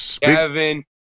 kevin